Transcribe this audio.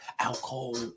Alcohol